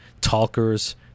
talkers